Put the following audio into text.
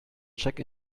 check